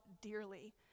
dearly